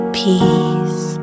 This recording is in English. peace